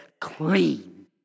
clean